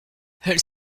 elles